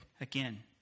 again